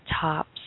tops